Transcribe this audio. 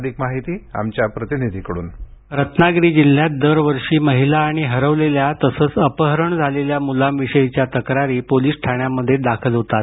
अधिक माहिती आमच्या वार्ताहराकडून रत्नागिरी जिल्ह्यात दरवर्षी महिला आणि हरवलेल्या तसंघ अपहरण झालेल्या मुलांविषग्रीच्या तक्रारी पोलीस ठाण्यांमध्ये दाखल होतात